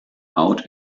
out